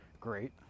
great